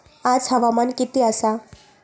आज हवामान किती आसा?